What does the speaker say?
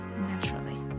naturally